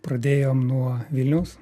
pradėjom nuo vilniaus